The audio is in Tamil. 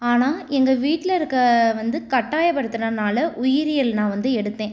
ஆனால் எங்கள் வீட்டில் இருக்க வந்து கட்டாய படுத்தனனால் உயிரியல் நான் வந்து எடுத்தேன்